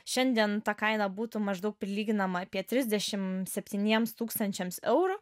šiandien ta kaina būtų maždaug prilyginama apie trisdešim septyniems tūkstančiams eurų